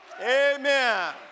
Amen